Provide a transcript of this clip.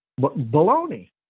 Baloney